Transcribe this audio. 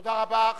תודה רבה.